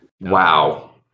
Wow